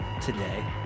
Today